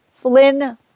Flynn